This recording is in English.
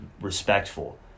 respectful